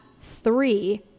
three